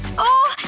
oh,